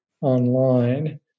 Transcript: online